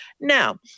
Now